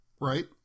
right